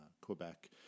Quebec